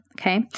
Okay